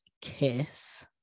kiss